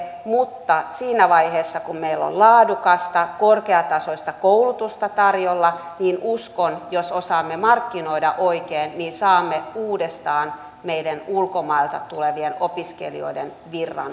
mutta siinä vaiheessa kun meillä on laadukasta korkeatasoista koulutusta tarjolla uskon että jos osaamme markkinoida oikein niin saamme uudestaan meidän ulkomailta tulevien opiskelijoiden virran kasvatettua